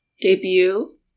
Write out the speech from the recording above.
debut